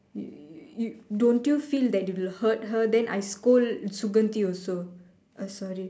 you you don't you feel that you will hurt her then I go scold Suganthi also uh sorry